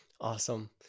Awesome